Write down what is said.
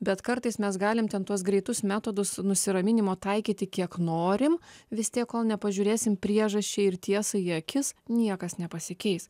bet kartais mes galim ten tuos greitus metodus nusiraminimo taikyti kiek norim vis tiek kol nepažiūrėsim priežasčiai ir tiesai į akis niekas nepasikeis